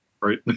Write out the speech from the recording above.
right